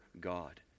God